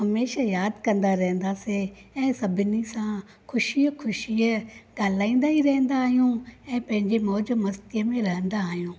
हमेशह यादि कंदा रहंदासीं ऐं सभिनी सां ख़ुशीअ ख़ुशीअ ॻाल्हाईंदा ई रहंदा आहियूं ऐं पंहिंजे मौज मस्तीअ में रहंदा आहियूं